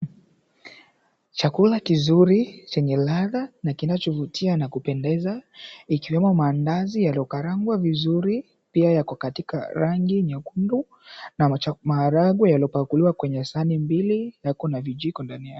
Chakula kizuri chenye ladha na kinachovutia na kupendeza, ikiwemo maandazi yaliyokarangwa vizuri pia yako katika rangi nyekundu na maharagwe yaliyopakuliwa kwenye sahani mbili na kuna vijiko ndani yake.